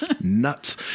Nuts